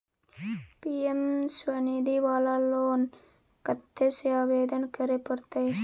PM Svanidhi वाला loan कत्ते से आवेदन करे परतै?